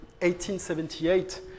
1878